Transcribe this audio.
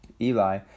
Eli